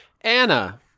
Anna